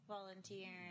Volunteer